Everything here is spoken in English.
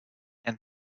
and